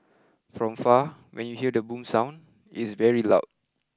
from far when you hear the boom sound it's very loud